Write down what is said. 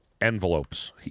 envelopes